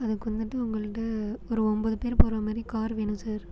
அதுக்கு வந்துட்டு உங்கள்கிட்ட ஒரு ஒம்பது பேர் போகிற மாதிரி கார் வேணும் சார்